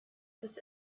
des